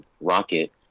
Rocket